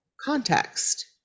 context